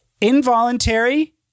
Involuntary